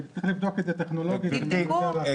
צריך לבדוק את זה טכנולוגית אם אפשר לעשות.